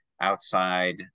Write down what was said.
outside